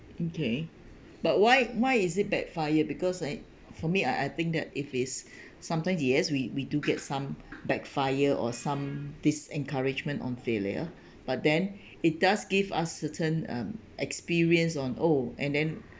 okay but why why is it backfired because like for me I I think that if it's sometimes yes we we do get some backfire or some disencouragement on failure but then it does give us certain um experience on oh and then